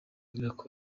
iraba